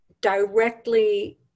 directly